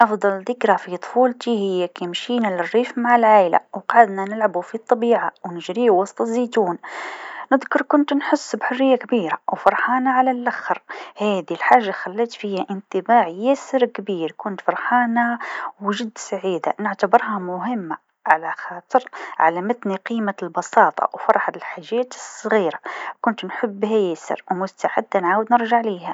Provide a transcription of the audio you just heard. أفضل ذكرى في طفولتي هي كي مشينا لريف مع العايله و قعدنا نلعبو في الطبيعه و نجريو وسط الزيتون، نذكر كنت نحس بحريه كبيراو فرحانة على لاخر هاذي الحاجه خلت فيا إنطباع ياسر كبير، كنت فرحانة وجد سعيده، نعتبرها مهمه على خاطر علمتني قيمة البساطه و فرحة الحاجات الصغيره، كنت نحبها ياسر و مستعده نرجع ليها.